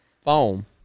Foam